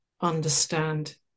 understand